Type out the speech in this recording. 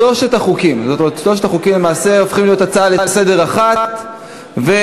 שלושת החוקים למעשה הופכים להיות הצעה אחת לסדר-היום,